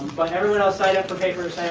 but everyone else, sign up for papers,